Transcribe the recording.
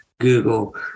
Google